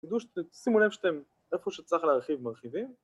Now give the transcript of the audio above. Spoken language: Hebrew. שימו להם שאתם איפה שצריך להרחיב מרחיבים